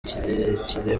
kirekire